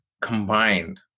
combined